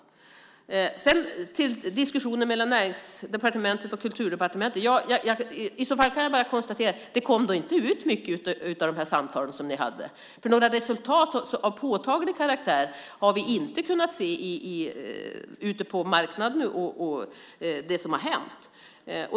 När det gäller diskussionerna mellan Näringsdepartementet och Kulturdepartementet kan jag bara konstatera att det då inte kom ut mycket av de samtal som ni hade, för några resultat av påtaglig karaktär har vi inte kunnat se ute på marknaden och med tanke på det som har hänt.